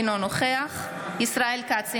אינו נוכח ישראל כץ,